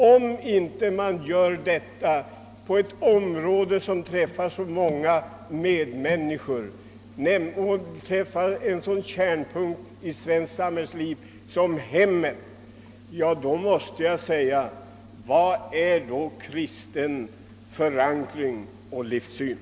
Om man inte gör detta på ett område som angår så många medmänniskor och träffar en sådan kärnpunkt i svenskt samhällsliv som hemmet, vad betyder då en kristen livssyn?